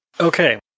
Okay